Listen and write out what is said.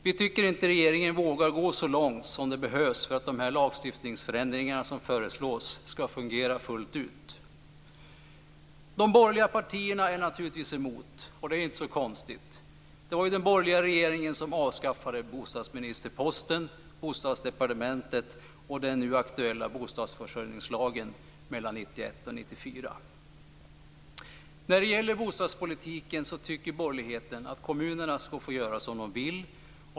Vi tycker inte att regeringen vågar gå så långt som behövs för att de lagstiftningsförändringar som föreslås ska fungera fullt ut. De borgerliga partierna motsätter sig naturligtvis dessa förändringar, och det är inte så konstigt. Det var ju den borgerliga regeringen som mellan 1991 och 1994 avskaffade bostadsministerposten, Bostadsdepartementet och bostadsförsörjningslagen, som nu är aktuell igen. När det gäller bostadspolitiken tycker borgerligheten att kommunerna ska få göra som de vill.